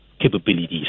Capabilities